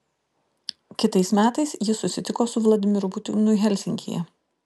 kitais metais ji susitiko su vladimiru putinu helsinkyje